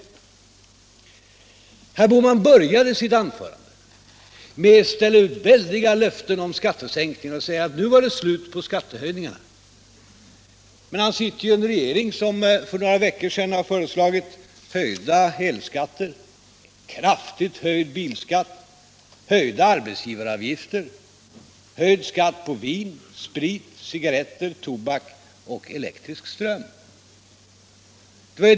Herr Bohman började sitt anförande med att ställa ut väldiga löften om skattesänkningar. Han sade att nu var det slut på skattehöjningarna. Men han sitter ju i en regering som för några veckor sedan har föreslagit kraftigt höjd bilskatt, höjda arbetsgivaravgifter, höjd skatt på vin, sprit, cigaretter, tobak och elektrisk ström.